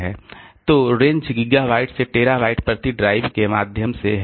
तो range gigabytes से terabytes प्रति ड्राइव के माध्यम से है